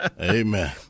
Amen